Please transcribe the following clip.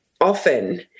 often